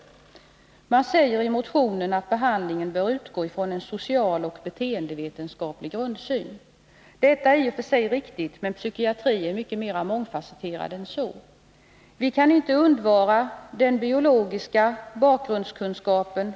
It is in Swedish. I motionen säger man att behandlingen bör utgå från en socialoch beteendevetenskaplig grundsyn. Det är i och för sig riktigt, men psykiatrin är mycket mera mångfasetterad än så. Vi kan inte undvara den biologiska bakgrundskunskapen.